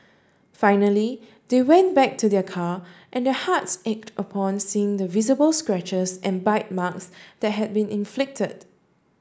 finally they went back to their car and their hearts ached upon seeing the visible scratches and bite marks that had been inflicted